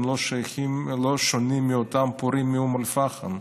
הם לא שונים מאותם פורעים מאום אל-פחם.